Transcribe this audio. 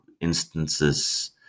instances